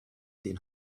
den